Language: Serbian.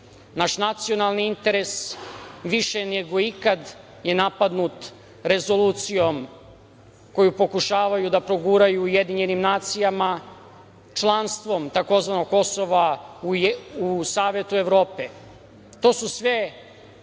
Naš nacionalni interes više nego ikad je napadnut rezolucijom koju pokušavaju da proguraju u UN, članstvom tzv. Kosova u Savetu Evrope. To su sve